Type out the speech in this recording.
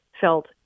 felt